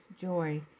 joy